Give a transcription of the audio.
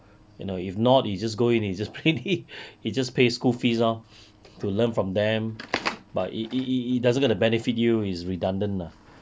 you know if not you just go in you just pa~ you just pay school fees lor to learn from them but it it it doesn't gonna benefit you is redundant lah